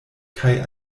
kaj